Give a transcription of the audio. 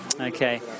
Okay